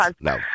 no